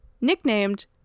nicknamed